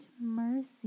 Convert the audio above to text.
mercy